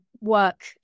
work